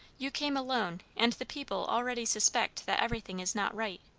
you came alone, and the people already suspect that everything is not right.